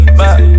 back